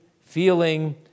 feeling